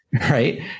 right